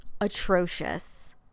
atrocious